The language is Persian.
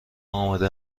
آماده